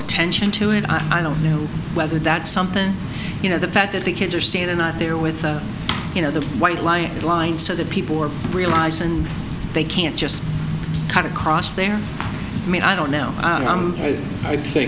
attention to it i don't know whether that's something you know the fact that the kids are standing up there with you know the white lie line so that people are realize and they can't just cut across their i mean i don't know